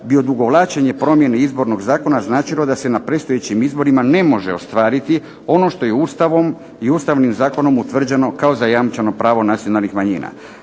bi odugovlačenje promjene Izbornog zakona značilo da se na predstojećim izborima ne može ostvariti ono što je Ustavom i Ustavnim zakonom utvrđeno kao zajamčeno pravo nacionalnih manjina.